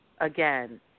again